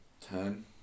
Ten